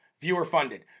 viewer-funded